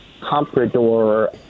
comprador